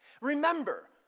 Remember